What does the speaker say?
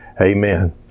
Amen